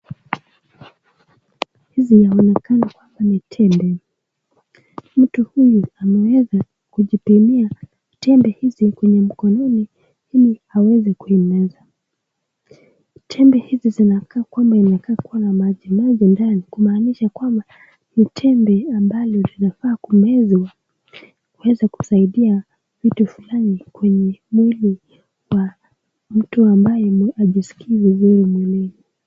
Hizi zinaonekana kwamba ni tembe, mtu huyu anaweza kuzitumia tembe hizo kwenye mkononi ili aweze kuimeza, tembe hizi zinakaa kuwa na majimaji ndani kumaanisha kwamba ni temeb amabzo zinafaa kumezwa, kuweza kusaidia mtu fulani wa mwili ambaye hajiskii vizuri mwilini.